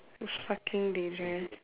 it's fucking dangerous